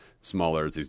smaller